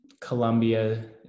Colombia